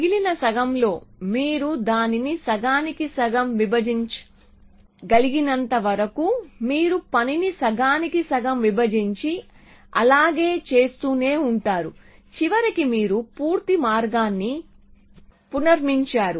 మిగిలిన సగం లో మీరు దానిని సగానికి సగం విభజించగలిగినంత వరకు మీరు పనిని సగానికి సగం విభజించి అలాగే చేస్తూనే ఉంటారు చివరికి మీరు పూర్తి మార్గాన్ని పునర్నిర్మించారు